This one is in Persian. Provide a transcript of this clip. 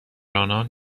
آنان